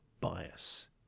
bias